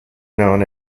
known